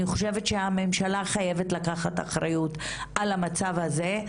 אני חושבת שהממשלה חייבת לקחת אחריות על המצב הזה,